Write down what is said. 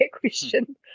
question